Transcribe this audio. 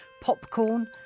popcorn